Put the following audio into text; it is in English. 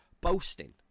boasting